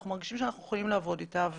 אנחנו מרגישים שאנחנו יכולים לעבוד אתה.